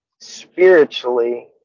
spiritually